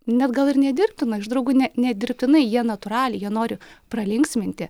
net gal ir nedirbtina iš draugų ne nedirbtinai jie natūraliai jie nori pralinksminti